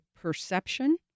perception